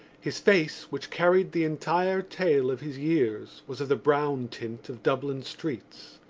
his face, which carried the entire tale of his years was of the brown tint of dublin streets.